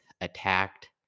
attacked